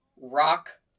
Rock